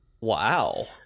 wow